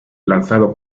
lanzado